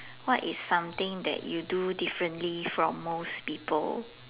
what is something that you do differently from most people